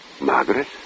Margaret